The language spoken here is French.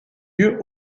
lieu